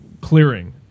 clearing